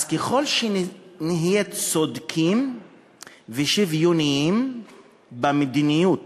אז ככל שנהיה צודקים ושוויוניים במדיניות